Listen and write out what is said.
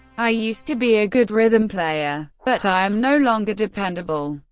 i used to be a good rhythm player, but i am no longer dependable.